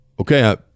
okay